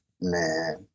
man